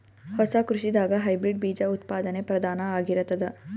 ಹೊಸ ಕೃಷಿದಾಗ ಹೈಬ್ರಿಡ್ ಬೀಜ ಉತ್ಪಾದನೆ ಪ್ರಧಾನ ಆಗಿರತದ